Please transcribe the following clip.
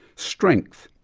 strength,